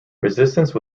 resistance